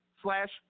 slash